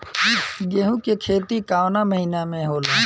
गेहूँ के खेती कवना महीना में होला?